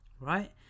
right